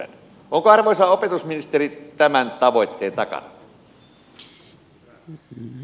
onko arvoisa opetusministeri tämän tavoitteen takana